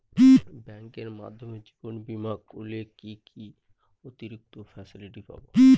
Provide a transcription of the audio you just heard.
ব্যাংকের মাধ্যমে জীবন বীমা করলে কি কি অতিরিক্ত ফেসিলিটি পাব?